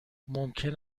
ممکن